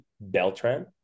beltran